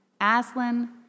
Aslan